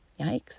Yikes